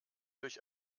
durch